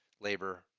labor